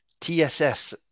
TSS